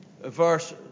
verse